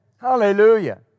Hallelujah